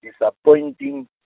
disappointing